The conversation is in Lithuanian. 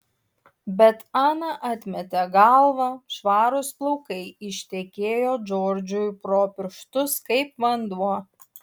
bet ana atmetė galvą švarūs plaukai ištekėjo džordžui pro pirštus kaip vanduo